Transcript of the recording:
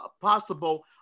possible